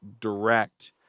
Direct